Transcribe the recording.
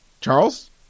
Charles